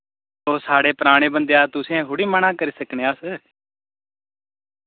तोस साढ़े पराने बंदे तुसेंई थोह्ड़े मना करी सकने आं अस